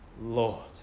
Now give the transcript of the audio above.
Lord